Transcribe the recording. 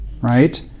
right